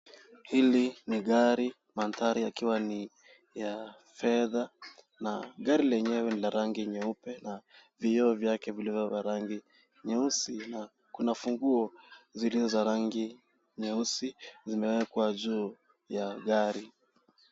Hili ni gari manthari yakiwa ni ya fedha na gari lenyewe ni la rangi nyeupe na vioo vyake vilivyo vya rangi nyeusi, na kuna funguo zilizo za rangi nyeusi zimewekwa juu ya gari.